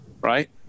right